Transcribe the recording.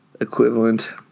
equivalent